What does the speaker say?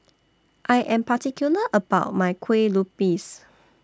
I Am particular about My Kueh Lupis